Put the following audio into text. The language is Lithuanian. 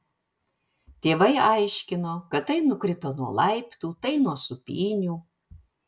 tėvai aiškino kad tai nukrito nuo laiptų tai nuo sūpynių